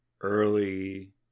early